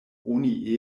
oni